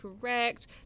correct